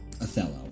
Othello